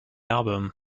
album